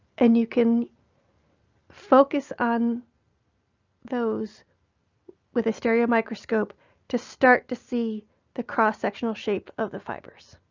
and you can focus on those with a stereomicroscope to start to see the cross-sectional shape of the fibers.